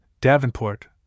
Davenport